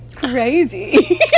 crazy